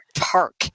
park